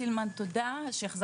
היחס